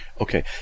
Okay